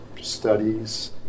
studies